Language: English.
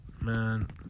man